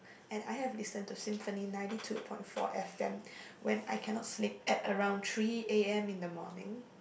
and I have listen to symphony ninety two point four F_M when I cannot sleep at around three A_M in the morning